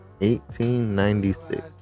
1896